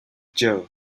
jail